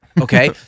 Okay